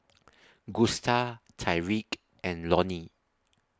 Gusta Tyrique and Lonie